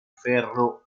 ferro